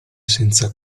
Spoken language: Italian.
senza